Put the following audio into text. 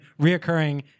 reoccurring